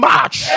March